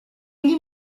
egli